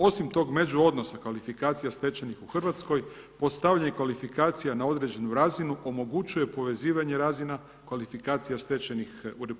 Osim toga međuodnosa kvalifikacija stečenih u Hrvatskoj, postavljenih kvalifikacija na određenu razinu omogućuje povezivanje razina kvalifikacija stečenih u RH